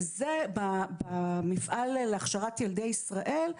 במפעל להכשרת ילדי ישראל,